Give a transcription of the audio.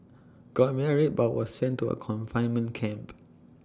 got married but was sent to A confinement camp